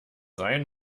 sein